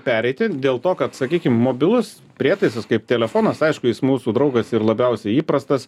pereiti dėl to kad sakykim mobilus prietaisas kaip telefonas aišku jis mūsų draugas ir labiausiai įprastas